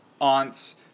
aunts